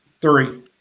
Three